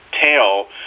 tail